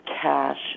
cash